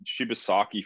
Shibasaki